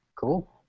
Cool